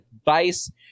advice